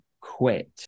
quit